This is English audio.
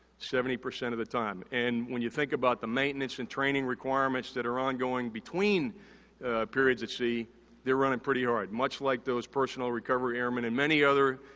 seventy percent of the time. and, when you think about the maintenance and training requirements that are ongoing between periods at sea they're running pretty hard, much like those personal recovery airmen and many other,